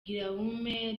guillaume